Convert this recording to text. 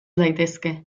daitezke